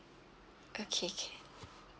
okay can